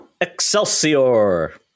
excelsior